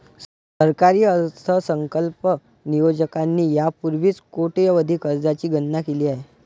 सरकारी अर्थसंकल्प नियोजकांनी यापूर्वीच कोट्यवधी कर्जांची गणना केली आहे